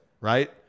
right